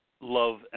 love